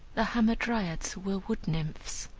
the hamadryads were wood-nymphs.